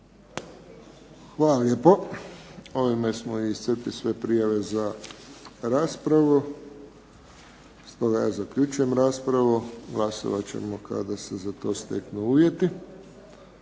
Hvala lijepo. Ovime smo i iscrpili sve prijave za raspravu. Stoga ja zaključujem raspravu. Glasovat ćemo kada se za to steknu uvjeti,